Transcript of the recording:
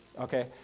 Okay